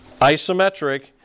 isometric